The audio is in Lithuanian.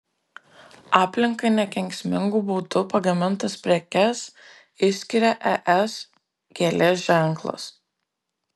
aplinkai nekenksmingu būdu pagamintas prekes išskiria es gėlės ženklas